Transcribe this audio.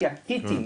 כי הקיטים,